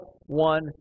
one